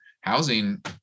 housing